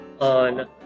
on